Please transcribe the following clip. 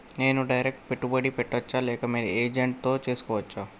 నేను డైరెక్ట్ పెట్టుబడి పెట్టచ్చా లేక ఏజెంట్ తో చేస్కోవచ్చా?